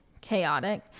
chaotic